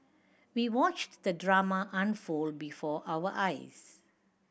we watched the drama unfold before our eyes